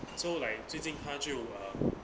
so like 最近她就 uh